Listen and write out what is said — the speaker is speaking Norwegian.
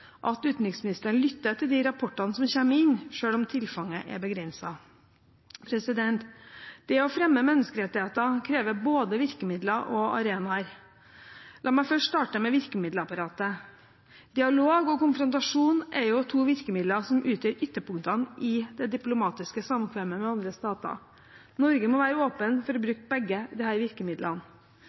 at utenriksministeren lytter til de rapportene som kommer inn, selv om tilfanget er begrenset. Det å fremme menneskerettigheter krever både virkemidler og arenaer. La meg starte med virkemiddelapparatet: Dialog og konfrontasjon er to virkemidler som utgjør ytterpunktene i det diplomatiske samkvemmet med andre stater. Norge må være åpen for å bruke begge disse virkemidlene.